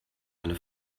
eine